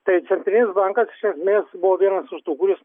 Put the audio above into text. tai centrinis bankas iš esmės buvo vienas iš tų kuris